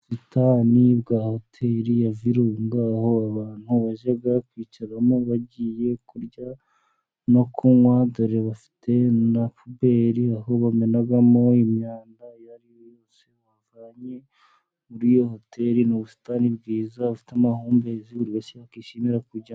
Ubusitani bwa hoteli ya virunga aho abantu bajya kwicaramo bagiye kurya no kunywa, dore bafite na puberi aho bamenamo imyanda iyo ariyo yose bavanye muri iyo hoteli, n'ubusitani bwiza bufite amahumbezi buri wese yakishimira kujyamo.